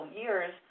years